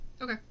Okay